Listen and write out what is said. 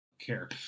care